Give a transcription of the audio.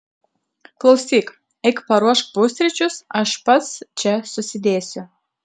klausyk eik paruošk pusryčius aš pats čia susidėsiu